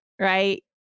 Right